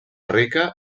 rica